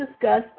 discuss